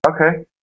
Okay